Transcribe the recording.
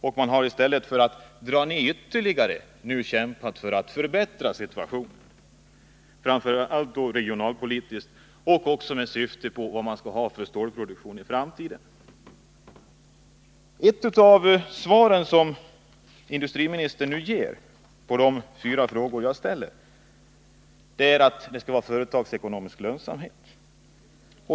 I stället för att dra ned ytterligare har man på dessa orter kämpat för att förbättra situationen, framför allt genom regionalpolitiska åtgärder och med tanke på den stålproduktion vi skall ha i framtiden. Ett av de svar som industriministern ger på de fyra frågor jag ställer är att det skall vara företagsekonomisk lönsamhet.